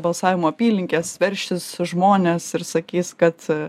balsavimo apylinkes veršis žmonės ir sakys kad